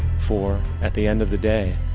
for, at the end of the day,